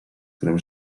którym